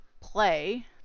play